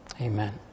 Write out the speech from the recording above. Amen